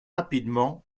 rapidement